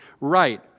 right